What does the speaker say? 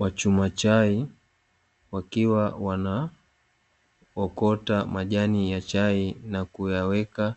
Wachuma chai wakiwa wanaokota majani ya chai, na kuyaweka